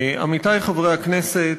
תודה לך, עמיתי חברי הכנסת,